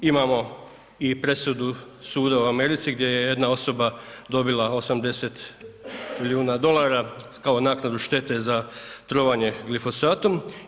Imamo i presudu suda u Americi gdje je jedna osoba dobila 80 milijuna dolara kao naknadu štete za trovanje glifosatom.